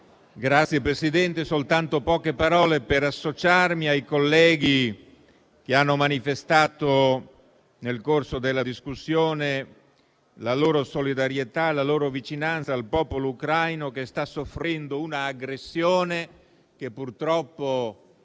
Signor Presidente, soltanto poche parole per associarmi ai colleghi che hanno manifestato, nel corso della discussione, la loro solidarietà e la loro vicinanza al popolo ucraino, che sta soffrendo un'aggressione che purtroppo